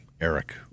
Eric